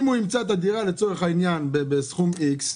אם הוא ימצא את הדירה לצורך העניין בסכום X,